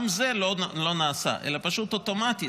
גם זה לא נעשה, אלא פשוט אוטומטית.